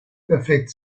perfekt